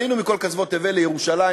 עלינו מכל קצוות תבל לירושלים